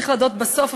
צריך להודות בסוף,